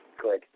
Good